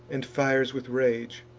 and fires with rage,